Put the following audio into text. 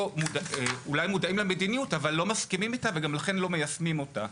אולי מודעים למדיניות אבל לא מסכימים איתה ולכן גם לא מיישמים אותה.